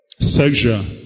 Sexual